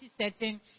setting